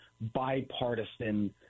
bipartisan